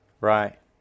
right